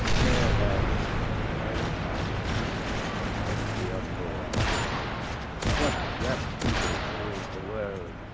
where lies the final harbor whence we unmoor no more what rapt ether sails the world?